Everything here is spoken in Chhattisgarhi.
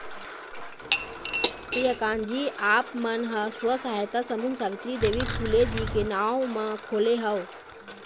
प्रियंकाजी आप मन ह स्व सहायता समूह सावित्री देवी फूले जी के नांव म खोले हव